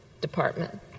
department